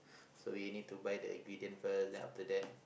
so we need to buy the ingredient first then after that